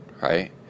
right